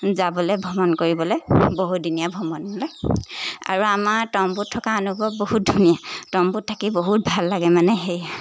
যাবলৈ ভ্ৰমণ কৰিবলৈ বহুদিনীয়া ভ্ৰমণলৈ আৰু আমাৰ তম্বুত থকা অনুভৱ বহুত ধুনীয়া তম্বুত থাকি বহুত ভাল লাগে মানে হেৰি